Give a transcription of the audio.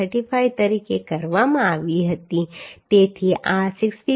35 તરીકે કરવામાં આવી હતી તેથી આ 65